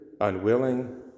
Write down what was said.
unwilling